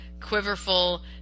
quiverful